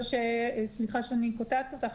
סליחה שאני קוטעת אותך,